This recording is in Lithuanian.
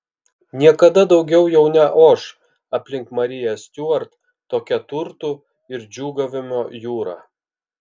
niekada daugiau jau neoš aplink mariją stiuart tokia turtų ir džiūgavimo jūra